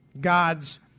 God's